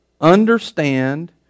understand